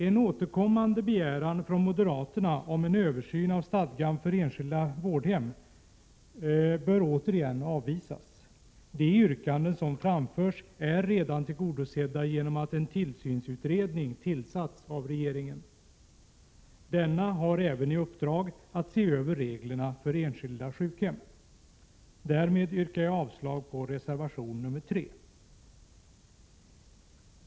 En återkommande begäran från moderaterna om en översyn av stadgan för enskilda vårdhem bör återigen avvisas. De yrkanden som framförs är redan tillgodosedda genom att en tillsynsutredning har tillsatts av regeringen. Denna utredning har även i uppdrag att se över reglerna för enskilda sjukhem. Därmed yrkar jag avslag på reservation 3.